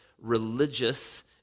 religious